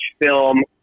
film